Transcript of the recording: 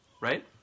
right